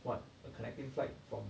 what a connecting flight from